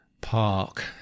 park